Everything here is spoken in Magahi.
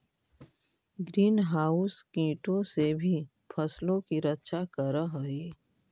ग्रीन हाउस कीटों से भी फसलों की रक्षा करअ हई